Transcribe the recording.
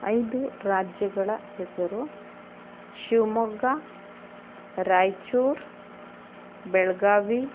ಐದು ರಾಜ್ಯಗಳ ಹೆಸರು ಶಿವಮೊಗ್ಗ ರಾಯ್ಚೂರು ಬೆಳಗಾವಿ